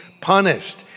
punished